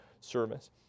service